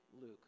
Luke